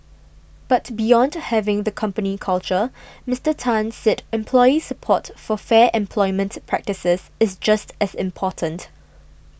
but beyond having the company culture Mister Tan said employee support for fair employment practices is just as important